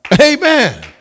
Amen